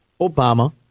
Obama